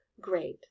great